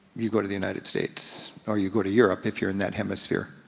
you go to the united states, or you go to europe if you're in that hemisphere.